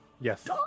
Yes